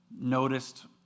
noticed